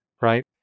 right